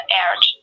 aired